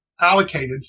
allocated